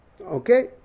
Okay